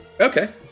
Okay